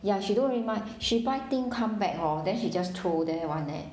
ya she don't really mind she buy thing come back hor then she just throw there one leh